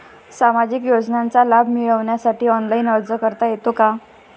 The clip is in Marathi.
सामाजिक योजनांचा लाभ मिळवण्यासाठी ऑनलाइन अर्ज करता येतो का?